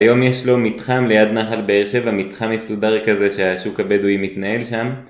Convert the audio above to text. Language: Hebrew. היום יש לו מתחם ליד נחל באר שבע, מתחם מסודר כזה שהשוק הבדואי מתנהל שם